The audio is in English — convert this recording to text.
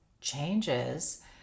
changes